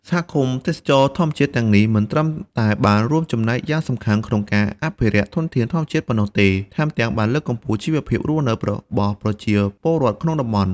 សហគមន៍ទេសចរណ៍ធម្មជាតិទាំងនេះមិនត្រឹមតែបានរួមចំណែកយ៉ាងសំខាន់ក្នុងការអភិរក្សធនធានធម្មជាតិប៉ុណ្ណោះទេ ថែមទាំងបានលើកកម្ពស់ជីវភាពរស់នៅរបស់ប្រជាពលរដ្ឋក្នុងតំបន់។